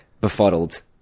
befuddled